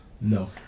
No